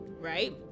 right